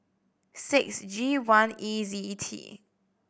six G one E Z T